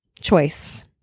Choice